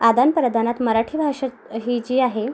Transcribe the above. आदानप्रदानात मराठी भाषा ही जी आहे